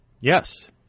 Yes